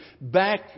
back